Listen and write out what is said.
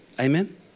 amen